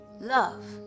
love